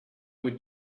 would